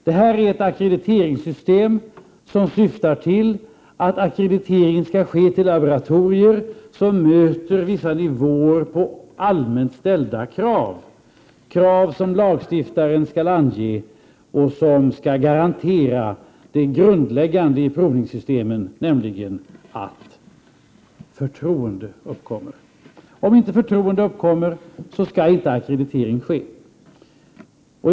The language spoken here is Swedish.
Det är fråga om ett ackrediteringssystem som syftar till att ackrediteringen skall ske till laboratorier som möter vissa nivåer på allmänt ställda krav, krav som lagstiftaren skall ange och som skall garantera det grundläggande i provningssystemen, nämligen att förtroende uppkommer. Om inte förtroende uppkommer skall inte ackreditering ske.